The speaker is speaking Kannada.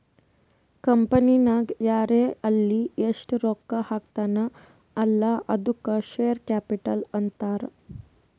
ಕಂಪನಿನಾಗ್ ಯಾರೇ ಆಲ್ಲಿ ಎಸ್ಟ್ ರೊಕ್ಕಾ ಹಾಕ್ತಾನ ಅಲ್ಲಾ ಅದ್ದುಕ ಶೇರ್ ಕ್ಯಾಪಿಟಲ್ ಅಂತಾರ್